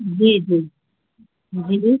जी जी जी